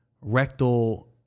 rectal